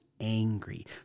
angry